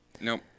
Nope